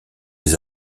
les